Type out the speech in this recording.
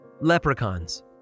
leprechauns